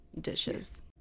dishes